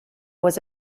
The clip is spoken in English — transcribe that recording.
was